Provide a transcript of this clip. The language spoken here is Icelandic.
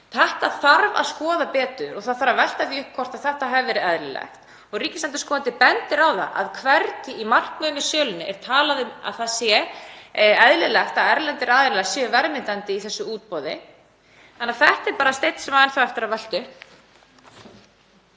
Þetta þarf að skoða betur og það þarf að velta því upp hvort þetta hafi verið eðlilegt. Ríkisendurskoðandi bendir á það að hvergi í markmiðum með sölunni sé talað um að það sé eðlilegt að erlendir aðilar séu verðmyndandi í þessu útboði. Þannig að þetta er bara steinn sem á enn þá eftir að velta